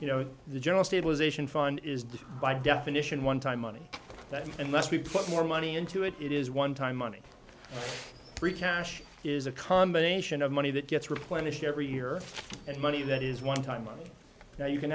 you know the general stabilization fund is by definition one time money that unless we put more money into it it is one time money free cash is a combination of money that gets replenished every year and money that is one time money now you can